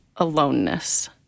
aloneness